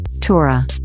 Torah